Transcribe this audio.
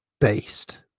based